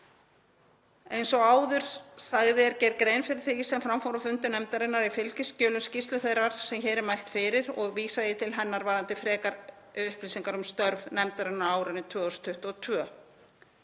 Eins og áður sagði er gerð grein fyrir því sem fram fór á fundum nefndarinnar í fylgiskjölum skýrslu þeirrar sem hér er mælt fyrir og vísa ég til hennar varðandi frekari upplýsingar um störf nefndarinnar á árinu 2022.